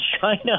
China